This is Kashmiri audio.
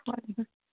وَعلیکُم